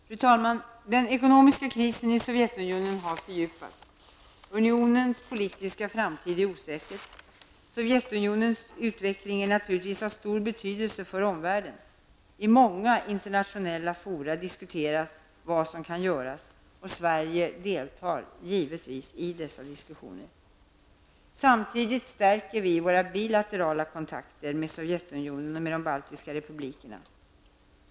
Fru talman! Den ekonomiska krisen i Sovjetunionen har fördjupats. Unionens politiska framtid är osäker. Sovjetunionens utveckling är naturligtvis av stor betydelse för omvärlden. I många internationella fora diskuteras vad som kan göras. Sverige deltar givetvis i dessa diskussioner. Samtidigt stärker vi våra bilaterala kontakter med Sovjetunionen och med de baltiska republikerna.